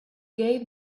gave